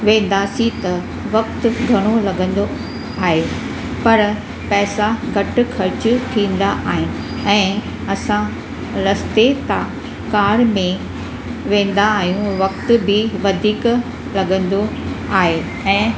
वेंदासी त वक़्तु घणो लॻंदो आहे पर पैसा घटि ख़र्चु थींदा आहिनि ऐं असां रस्ते तां कार में वेंदा आहियूं वक़्त बि वधीक लॻंदो आहे ऐं